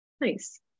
nice